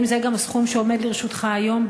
האם זה גם הסכום שעומד לרשותך היום,